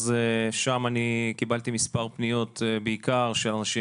אז שם אני קיבלתי מספר פניות, בעיקר של אנשים